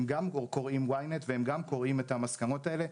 גם הם קוראים Ynet וגם הם קוראים את המסקנות האלה.